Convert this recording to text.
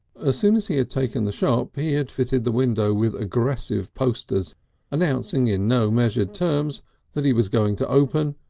soon as he had taken the shop he had filled the window with aggressive posters announcing in no measured terms that he was going to open,